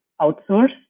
outsource